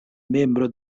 membro